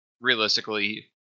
realistically